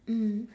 mm